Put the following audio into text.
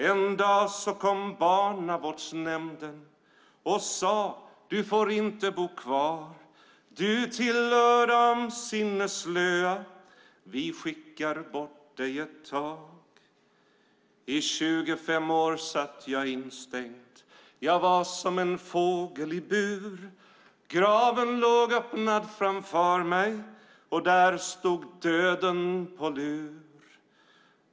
En dag så kom Barnavårdsnämnden och sa: Du får inte bo kvar, du tillhör de "sinnesslöa" vi skickar bort dig ett tag. I tjugofem år satt jag instängd jag var som en fågel i bur. Graven låg öppnad framför mig och där stod döden på lur.